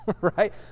right